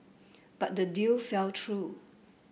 but the deal fell through